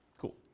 Cool